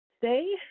Today